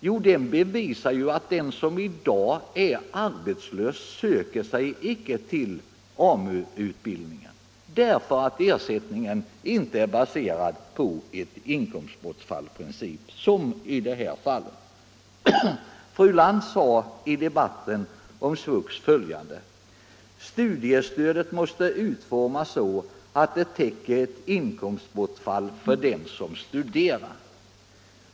Jo, att de som i dag är arbetslösa icke söker sig till AMU-utbildningen därför att ersättningen där inte är baserad på inkomstbortfallsprincipen. 165 Fru Lantz sade i debatten om SVUX att studiestödet måste utformas så, att det täcker ett inkomstbortfall för den som studerar.